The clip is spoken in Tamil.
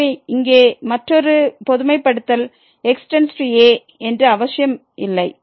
எனவே இங்கே மற்றொரு பொதுமைப்படுத்தல் x→a என்று அவசியம் இல்லை